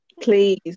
please